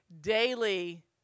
daily